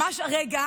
ממש הרגע